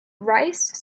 rice